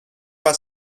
pas